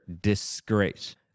disgrace